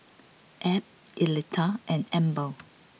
Ebb Electa and Amber